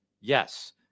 yes